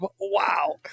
Wow